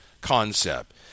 concept